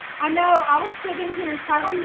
i know i was sitting here trying to